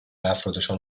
افرادشان